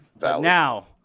Now